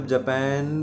Japan